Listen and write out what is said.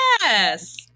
Yes